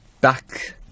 back